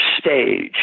stage